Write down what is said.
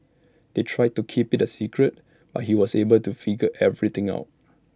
they tried to keep IT A secret but he was able to figure everything out